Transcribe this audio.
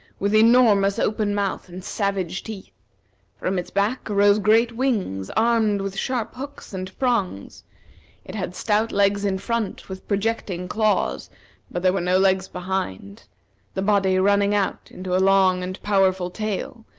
with enormous open mouth and savage teeth from its back arose great wings, armed with sharp hooks and prongs it had stout legs in front, with projecting claws but there were no legs behind the body running out into a long and powerful tail,